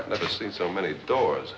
i've never seen so many doors